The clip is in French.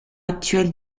actuels